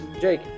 Jake